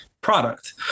product